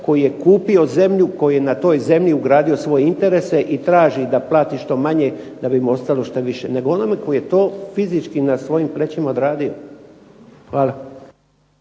koji je kupio zemlju, koji je na toj zemlji ugradio svoje interese i traži da plati što manje da bi mu ostalo što više, nego onome koji je to fizički na svojim plećima odradio. Hvala.